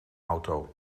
auto